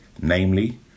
namely